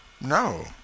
No